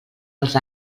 els